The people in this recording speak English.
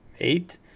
eight